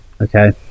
Okay